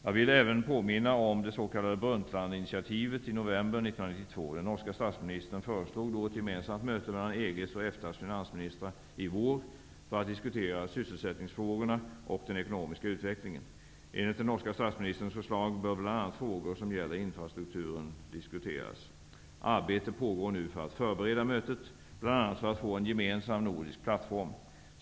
Jag vill även påminna om det s.k. Brundtlandinitiativet i november 1992. Den norska statsministern föreslog då ett gemensamt möte mellan EG:s och EFTA:s finansministrar i vår för att diskutera sysselsättningsfrågorna och den ekonomiska utvecklingen. Enligt den norska statsministerns förslag bör bl.a. frågor som gäller infrastrukturen diskuteras. Arbete pågår nu för att förbereda mötet, bl.a. för att få en gemensam nordisk plattform.